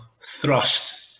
thrust